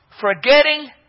forgetting